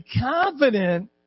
confident